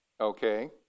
Okay